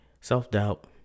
self-doubt